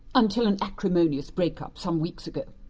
until an acrimonious break-up some weeks ago.